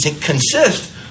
consist